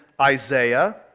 Isaiah